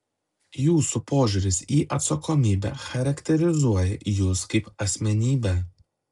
jūsų požiūris į atsakomybę charakterizuoja jus kaip asmenybę